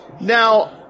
Now